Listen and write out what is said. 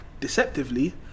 deceptively